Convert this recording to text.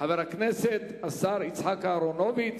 חבר הכנסת השר יצחק אהרונוביץ.